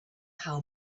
how